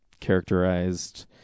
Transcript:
characterized